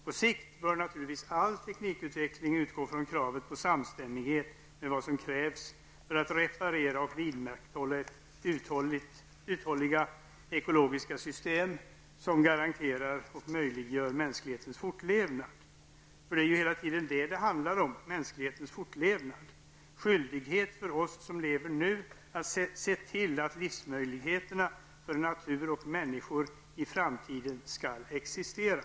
På sikt bör naturligtvis all teknikutveckling utgå från kravet på samstämmighet med vad som krävs för att reparera och vidmakthålla uthålliga ekologiska system som garanterar och möjliggör mänsklighetens fortlevnad, eftersom det hela tiden är det som det handlar om -- mänsklighetens fortlevnad och skyldighet för oss som lever nu att se till att livsmöjligheterna för natur och människor i framtiden skall existera.